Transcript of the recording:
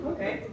Okay